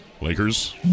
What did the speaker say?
Lakers